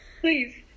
Please